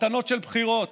מתנות של בחירות.